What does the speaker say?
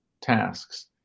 tasks